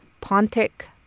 Pontic